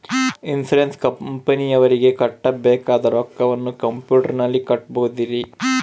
Insurance ಕಂಪನಿಯವರಿಗೆ ಕಟ್ಟಬೇಕಾದ ರೊಕ್ಕವನ್ನು ಕಂಪ್ಯೂಟರನಲ್ಲಿ ಕಟ್ಟಬಹುದ್ರಿ?